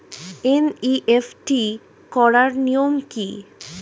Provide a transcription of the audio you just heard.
NEFT করার নিয়ম কী?